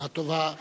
שנה טובה.